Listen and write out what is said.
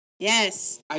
Yes